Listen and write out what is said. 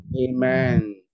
Amen